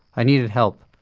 i needed help.